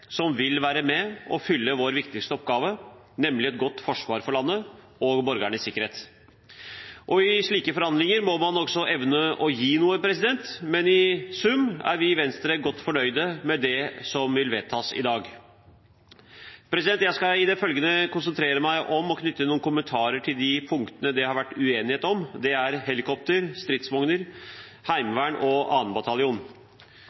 som vil være med og fylle vår viktigste oppgave, nemlig et godt forsvar for landet og borgernes sikkerhet. I slike forhandlinger må man også evne å gi noe, men i sum er vi i Venstre godt fornøyd med det som vil vedtas i dag. Jeg skal i det følgende konsentrere meg om å knytte noen kommentarer til de punktene det har vært uenighet om. Det er helikoptre, stridsvogner,